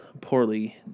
poorly